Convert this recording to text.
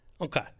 Okay